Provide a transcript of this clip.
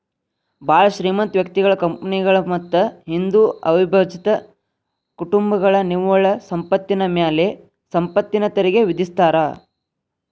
ಭಾಳ್ ಶ್ರೇಮಂತ ವ್ಯಕ್ತಿಗಳ ಕಂಪನಿಗಳ ಮತ್ತ ಹಿಂದೂ ಅವಿಭಜಿತ ಕುಟುಂಬಗಳ ನಿವ್ವಳ ಸಂಪತ್ತಿನ ಮ್ಯಾಲೆ ಸಂಪತ್ತಿನ ತೆರಿಗಿ ವಿಧಿಸ್ತಾರಾ